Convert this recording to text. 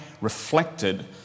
reflected